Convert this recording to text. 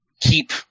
keep